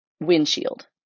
windshield